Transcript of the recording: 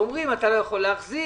ואומרים אתה לא יכול להחזיר,